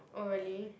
oh really